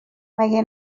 مگه